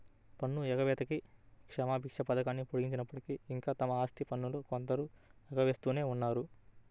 పన్ను ఎగవేతకి క్షమాభిక్ష పథకాన్ని పొడిగించినప్పటికీ, ఇంకా తమ ఆస్తి పన్నును కొందరు ఎగవేస్తూనే ఉన్నారు